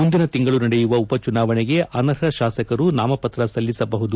ಮುಂದಿನ ತಿಂಗಳು ನಡೆಯುವ ಉಪ ಚುನಾವಣೆಗೆ ಅನರ್ಹ ಶಾಸಕರು ನಾಮಪತ್ರ ಸಲ್ಲಿಸಬಹುದು